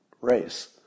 race